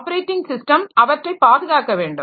operating system அவற்றை பாதுகாக்க வேண்டும்